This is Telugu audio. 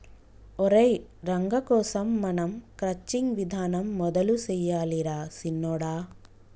ఒరై రంగ కోసం మనం క్రచ్చింగ్ విధానం మొదలు సెయ్యాలి రా సిన్నొడా